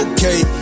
Okay